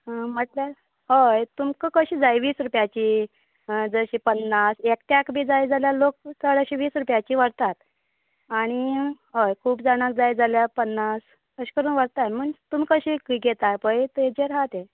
मटल्यार हय तुमकां कशीं जाय वीस रुपयाची जशी पन्नास एकट्याक बी जाय जाल्यार लोक चड अशे वीस रुपयाची व्हरतात आनी हय खूब जाणां जाय जाल्यार पन्नास अश करून व्हरतात मण तूम कशी घेता पळय तेचेर आसा तें